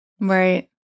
Right